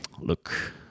Look